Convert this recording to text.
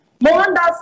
Mohandas